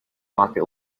market